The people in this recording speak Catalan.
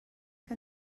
que